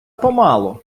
помалу